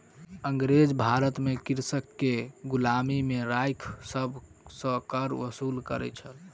अँगरेज भारत में कृषक के गुलामी में राइख सभ सॅ कर वसूल करै छल